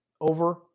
over